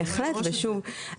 בהחלט ושוב,